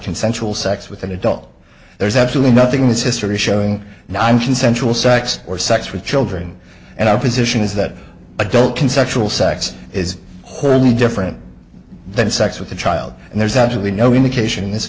consensual sex with an adult there's absolutely nothing that history showing now i'm consensual sex or sex with children and our position is that adult consensual sex is wholly different than sex with a child and there's absolutely no indication in this